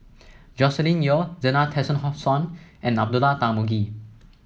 Joscelin Yeo Zena Tessensohn and Abdullah Tarmugi